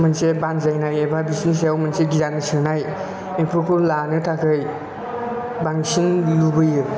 मोनसे बान्जायनाय एबा बिसिनि सायाव मोनसे गियान सोनाय बेफोरखौ लानो थाखाय बांसिन लुबैयो